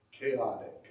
chaotic